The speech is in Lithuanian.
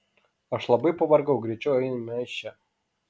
aš labai pavargau greičiau eime iš čia